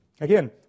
Again